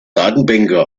datenbänker